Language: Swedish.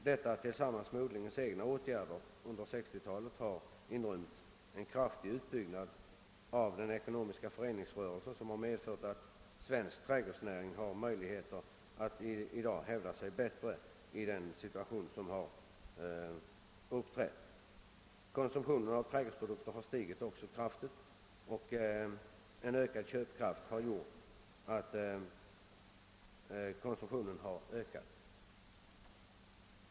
Detta tillsammans med odlingens egna åtgärder under 1960-talet har medgivit en kraftig utbyggnad av den ekonomiska föreningsrörelsen som medfört att svensk trädgårdsnäring i dag kan hävda sig bättre. Konsumtionen har också stigit kraftigt på grund av ökad köpkraft.